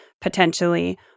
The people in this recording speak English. potentially